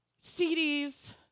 CDs